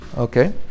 Okay